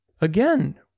Again